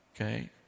okay